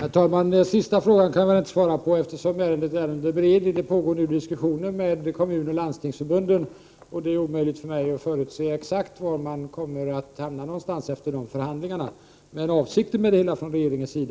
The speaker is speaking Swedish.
Herr talman! Den sista frågan kan jag inte svara på, eftersom ärendet är under beredning. Det pågår nu diskussioner med Kommunförbundet och Landstingsförbundet, och det är omöjligt för mig att exakt förutse vilka resultat dessa förhandlingar kommer att leda till. Regeringens avsikt